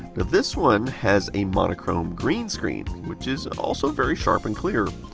this one has a monochrome green screen, which is also very sharp and clear.